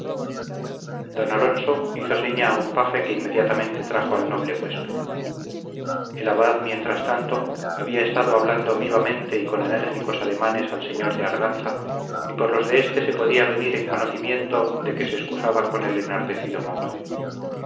don alonso hizo seña a un paje que inmediatamente trajo al noble huésped el abad mientras tanto había estado hablando vivamente y con enérgicos ademanes al señor de arganza y por los de éste se podía venir en conocimiento de que se excusaba con el enardecido monje